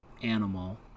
animal